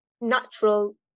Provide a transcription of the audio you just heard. natural